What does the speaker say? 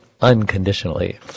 unconditionally